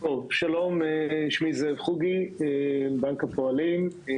בדיור כפי שאמר האדון מבנק הפועלים,